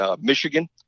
Michigan